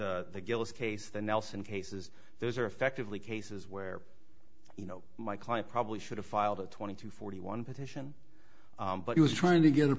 case the nelson cases those are effectively cases where you know my client probably should have filed a twenty to forty one petition but he was trying to get a